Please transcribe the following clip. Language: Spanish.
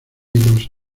los